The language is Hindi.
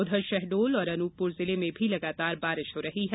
उधर शहडोल और अनूपपुर जिले में भी लगातार बारिश हो रही है